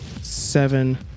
Seven